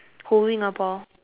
holding a ball